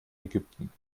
ägypten